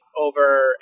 over